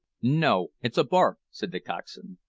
no, it's a barque, said the coxswain.